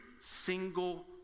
single